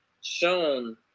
shown